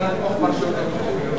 בבקשה.